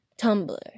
Tumblr